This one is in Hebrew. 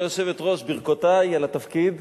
גברתי היושבת-ראש, ברכותי על התפקיד.